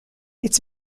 its